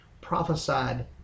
prophesied